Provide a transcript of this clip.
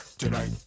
Tonight